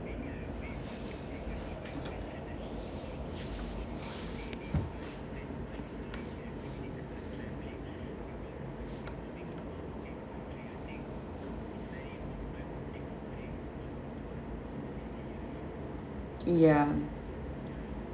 ya